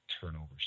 turnovers